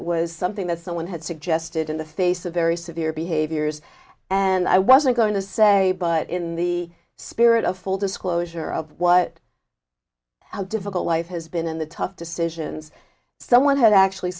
was something that someone had suggested in the face of very severe behaviors and i wasn't going to say but in the spirit of full disclosure of what how difficult life has been and the tough decisions someone had actually